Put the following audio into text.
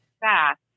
fast